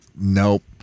nope